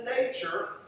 nature